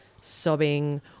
sobbing